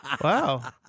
wow